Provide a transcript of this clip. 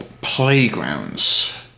playgrounds